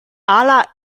ala